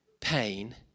pain